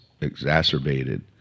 exacerbated